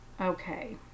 Okay